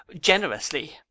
generously